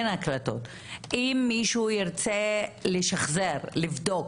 אם מישהו ירצה לשחזר, לבדוק,